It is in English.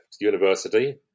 university